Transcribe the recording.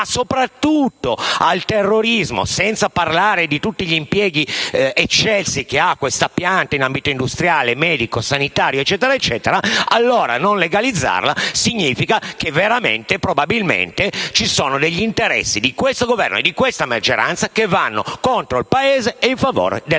ma soprattutto al terrorismo (senza parlare di tutti gli impieghi eccelsi di questa pianta in ambito industriale, medico, sanitario e quant'altro), non legalizzarla significa che probabilmente ci sono degli interessi di questo Governo e di questa maggioranza che vanno contro il Paese e a favore della mafia,